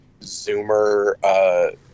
Zoomer